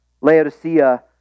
Laodicea